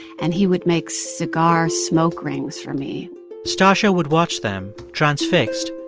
and he would make cigar smoke rings for me stacya would watch them, transfixed,